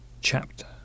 chapter